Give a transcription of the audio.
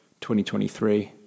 2023